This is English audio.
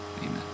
Amen